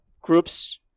groups